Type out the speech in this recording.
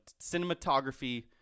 cinematography